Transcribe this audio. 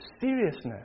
seriousness